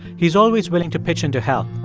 he's always willing to pitch in to help.